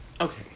Okay